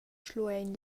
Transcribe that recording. schluein